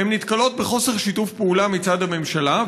הן נתקלות בחוסר שיתוף פעולה מצד הממשלה,